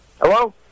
Hello